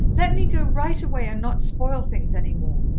let me go right away and not spoil things any more.